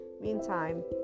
meantime